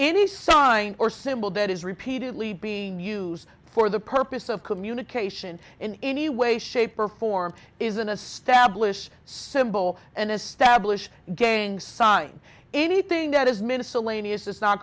any sign or symbol that is repeatedly being used for the purpose of communication in any way shape or form isn't a stablish symbol and establish gang sign anything that is miscellaneous is not